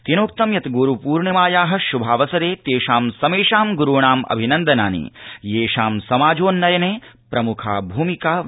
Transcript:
तेनोक्तं यत् गुरुपूर्णिमाया शुभावसरे तेषां समेषां गुरूणाम् अभिनन्दनानि येषां समाजोन्नयने प्रमुखा भूमिकाविद्यत